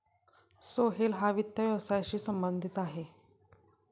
सोहेल हा वित्त व्यवसायाशी संबंधित आहे